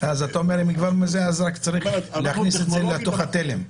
אתה אומר שרק צריך להכניס את זה לתלם.